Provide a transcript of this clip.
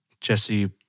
Jesse